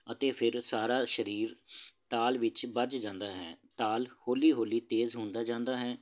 ਅਤੇ ਫਿਰ ਸਾਰਾ ਸਰੀਰ ਤਾਲ ਵਿੱਚ ਬੱਝ ਜਾਂਦਾ ਹੈ ਤਾਲ ਹੌਲੀ ਹੌਲੀ ਤੇਜ਼ ਹੁੰਦਾ ਜਾਂਦਾ ਹੈ